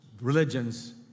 religions